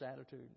attitude